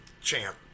champ